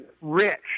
rich